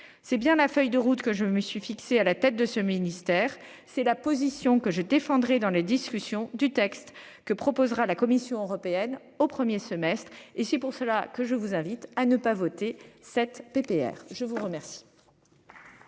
C'est bien la feuille de route que je me suis fixée à la tête de ce ministère. C'est la position que je défendrai dans les discussions du texte que proposera la Commission européenne au premier semestre de 2023. Pour toutes ces raisons, je vous invite à ne pas voter cette proposition